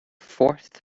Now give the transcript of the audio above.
fourth